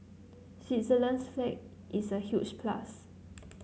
Switzerland's flag is a huge plus